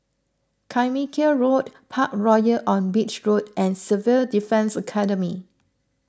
Carmichael Road Parkroyal on Beach Road and Civil Defence Academy